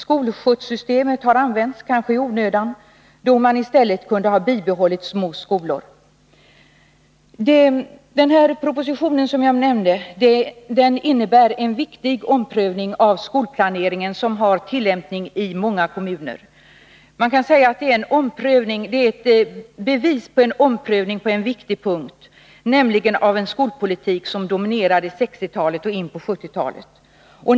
Skolskjutssystemet har kanske i onödan använts då man i stället kunde ha bibehållit små skolor. Den proposition som jag nämnde innebär en viktig omprövning av den skolplanering som tillämpas i många kommuner. Man kan säga att det är ett bevis på en omprövning på en viktig punkt, nämligen av den skolpolitik som dominerade under 1960-talet och in på 1970-talet.